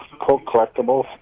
collectibles